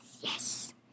Yes